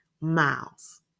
miles